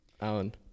Alan